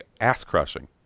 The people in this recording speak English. ass-crushing